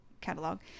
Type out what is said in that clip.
catalog